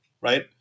right